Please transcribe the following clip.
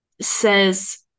says